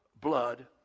blood